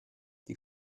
die